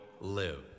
live